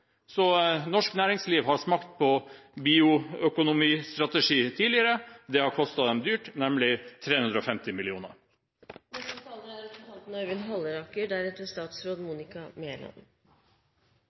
Så norsk næringsliv har smakt på bioøkonomistrategi tidligere. Det har kostet dem dyrt, nærmere bestemt 350